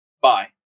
Bye